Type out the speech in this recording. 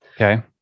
Okay